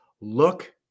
Look